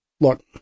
Look